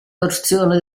porzione